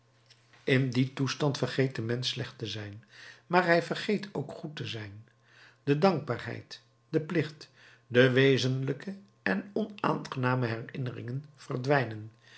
in dien toestand vergeet de mensch slecht te zijn maar hij vergeet ook goed te zijn de dankbaarheid de plicht de wezenlijke en onaangename herinneringen verdwijnen